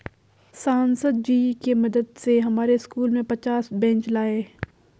सांसद जी के मदद से हमारे स्कूल में पचास बेंच लाए